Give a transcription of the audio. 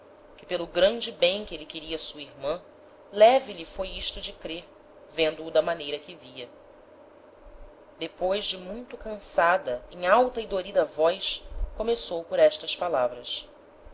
que pelo grande bem que êle queria a sua irman leve lhe foi isto de crer vendo-o da maneira que via depois de muito cansada em alta e dorida voz começou por estas palavras